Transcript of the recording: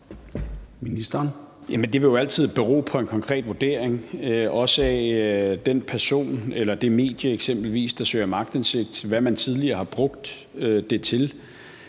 Det vil jo altid bero på en konkret vurdering, også af eksempelvis det medie, der søger om aktindsigt, altså hvad man tidligere har brugt det til.